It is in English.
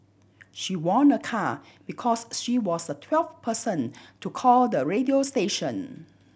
she won a car because she was the twelfth person to call the radio station